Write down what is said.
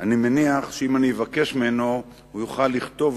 אני מניח שאם אני אבקש ממנו הוא יוכל לכתוב